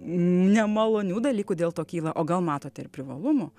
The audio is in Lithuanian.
nemalonių dalykų dėl to kyla o gal matote ir privalumų